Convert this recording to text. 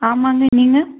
ஆமாம்ங்க நீங்கள்